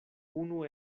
unu